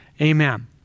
amen